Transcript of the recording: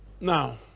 Now